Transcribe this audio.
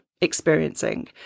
experiencing